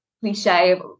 cliche